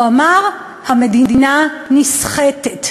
הוא אמר: המדינה נסחטת.